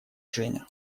женя